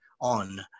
on